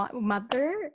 mother